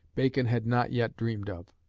bacon had not yet dreamed of.